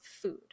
food